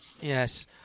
Yes